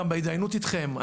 גם בהתדיינות איתכם.